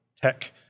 tech